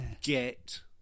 get